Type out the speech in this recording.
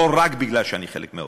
לא רק בגלל שאני חלק מהאופוזיציה.